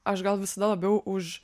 aš gal visada labiau už